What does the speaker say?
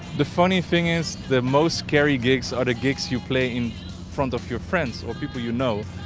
the funny thing is the most scary gigs are the gigs you play in front of your friends or people you know.